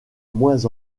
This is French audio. moins